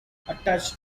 attached